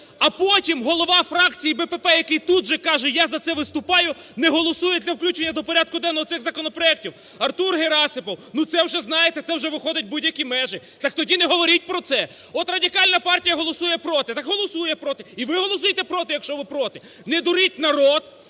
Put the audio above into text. а потім голова фракції БПП, який тут же каже, я за це виступаю, не голосує за включення до порядку денного цих законопроектів. Артур Герасимов, це вже, знаєте, це вже виходить за будь-які межі! Так тоді не говоріть про це! От Радикальна партія голосує проти, так голосує проти. І ви голосуйте проти, якщо ви проти. Не дуріть народ.